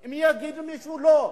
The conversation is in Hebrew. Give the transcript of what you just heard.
אם יגידו למישהו לא.